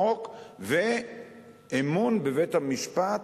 חוק ואמון בבית-המשפט,